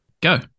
Go